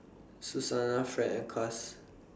Susannah Fed and Cass